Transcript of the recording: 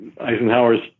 Eisenhower's